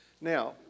Now